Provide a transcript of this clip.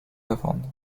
lavande